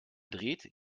dreht